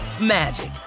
magic